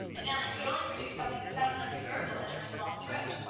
and nellie could only produce something that sounded like a gurgle in her small throat.